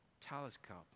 telescope